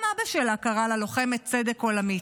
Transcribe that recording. גם אבא שלה קרא לה לוחמת צדק עולמית,